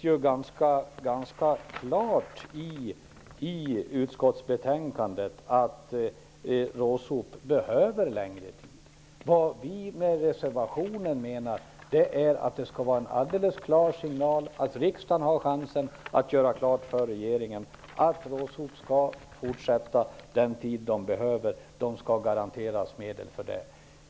Det sägs ganska klart i utskottets betänkande att RÅSOP behöver längre tid. Vad vi menar med reservationen är att ge en alldeles klar signal att riksdagen har chansen att göra klart för regeringen att RÅSOP skall fortsätta den tid som behövs och garanteras medel härför.